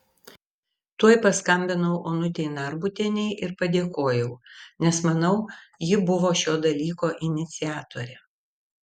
tuoj paskambinau onutei narbutienei ir padėkojau nes manau ji buvo šio dalyko iniciatorė